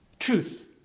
truth